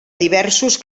diversos